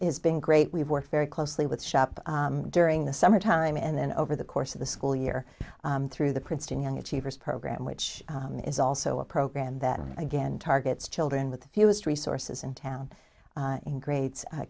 has been great we've worked very closely with the shop during the summer time and then over the course of the school year through the princeton young achievers program which is also a program that again targets children with the fewest resources in town in grades